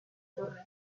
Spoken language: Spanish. torre